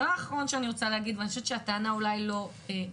דבר אחרון שאני רוצה להגיד והטענה היא לא לכם,